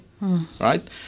right